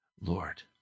Lord